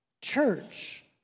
church